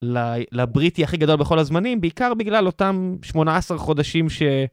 לבריטי הכי גדול בכל הזמנים, בעיקר בגלל אותם 18 חודשים ש...